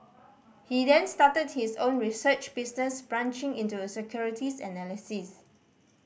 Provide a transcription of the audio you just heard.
he then started his own research business branching into securities analysis